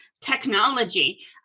technology